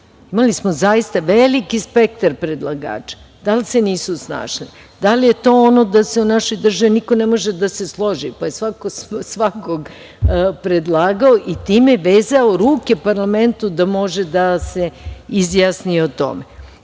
Imali smo zaista veliki spektar predlagača. Da li se nisu snašli, da li je to ono da se u našoj državi niko ne može da se složi, pa je svako svakog predlagao i time vezao ruke parlamentu da može da se izjasni o